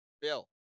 Bill